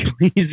please